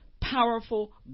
powerful